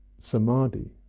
samadhi